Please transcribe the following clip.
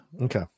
okay